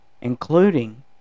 Including